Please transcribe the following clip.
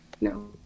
no